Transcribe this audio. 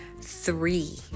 three